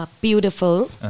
Beautiful